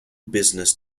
business